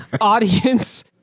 Audience